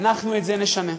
אנחנו את זה נשנה.